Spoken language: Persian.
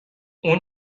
اون